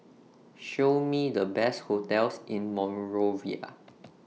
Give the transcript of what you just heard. Show Me The Best hotels in Monrovia